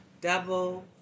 double